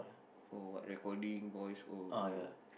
for what recording voice or or